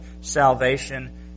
salvation